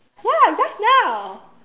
ya just now